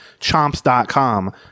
chomps.com